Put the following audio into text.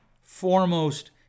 foremost